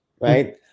right